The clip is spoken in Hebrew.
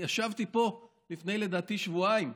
ישבתי פה לפני שבועיים,